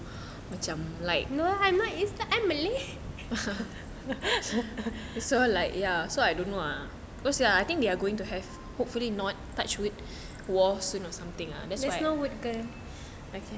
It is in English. no lah not islam really there's no wood girl